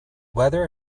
whether